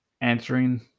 answering